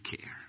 care